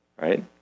right